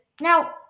now